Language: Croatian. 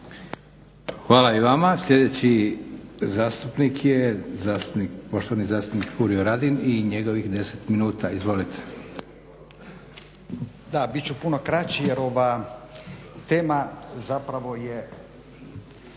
Hvala i vama. Sljedeći zastupnik je poštovani zastupnik Furio Radin i njegovih 10 minuta. Izvolite. **Radin, Furio (Nezavisni)** Da, bit ću puno kraći jer ova tema zapravo je